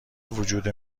وجود